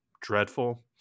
dreadful